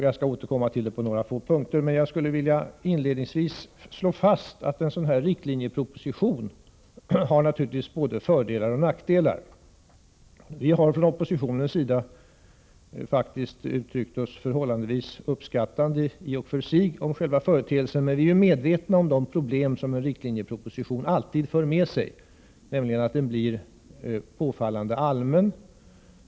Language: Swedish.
Jag skall återkomma till det senare, men jag vill inledningsvis slå fast att en sådan här riktlinjeproposition självfallet har både föroch nackdelar. Vi har från oppositionens sida faktiskt uttryckt oss förhållandevis uppskattande om själva företeelsen i sig, men vi är medvetna om de problem som en riktlinjeproposition alltid för med sig. Den blir påfallande allmän.